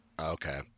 Okay